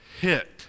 hit